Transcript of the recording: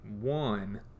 one